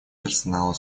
персонала